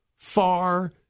far